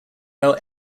out